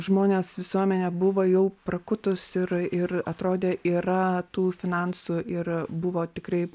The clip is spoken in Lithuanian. žmonės visuomenė buvo jau prakutus ir ir atrodė yra tų finansų ir buvo tikrai